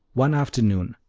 one afternoon,